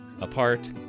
apart